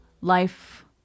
life